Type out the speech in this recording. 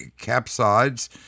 capsides